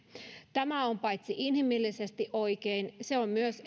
tämä on paitsi inhimillisesti oikein se on myös